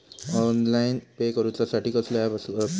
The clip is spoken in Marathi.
ऑनलाइन पे करूचा साठी कसलो ऍप वापरूचो?